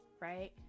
right